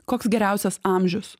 koks geriausias amžius